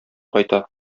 кайта